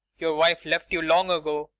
your wife left you long ago.